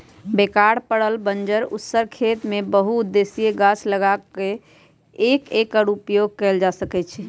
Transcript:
बेकार पड़ल बंजर उस्सर खेत में बहु उद्देशीय गाछ लगा क एकर उपयोग कएल जा सकै छइ